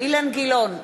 אילן גילאון,